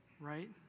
right